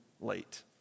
late